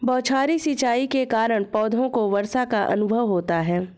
बौछारी सिंचाई के कारण पौधों को वर्षा का अनुभव होता है